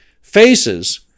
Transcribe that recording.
faces